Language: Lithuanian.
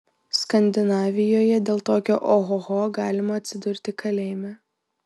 skandinavijoje dėl tokio ohoho galima atsidurti kalėjime